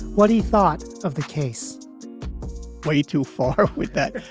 what he thought of the case way too far with that.